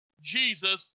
Jesus